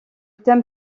thème